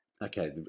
Okay